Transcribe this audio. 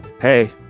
hey